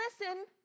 listen